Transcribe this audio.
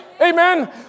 Amen